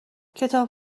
کتاب